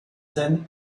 then